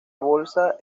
bolsa